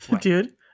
dude